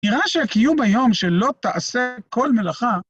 נראה שהקיום היום שלא תעשה כל מלאכה...